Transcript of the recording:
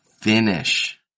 finish